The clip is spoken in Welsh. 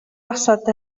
osod